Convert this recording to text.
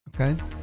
Okay